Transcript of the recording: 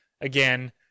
again